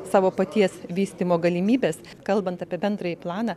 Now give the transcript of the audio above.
savo paties vystymo galimybes kalbant apie bendrąjį planą